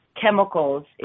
chemicals